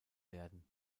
werden